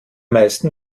meisten